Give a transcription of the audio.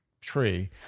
tree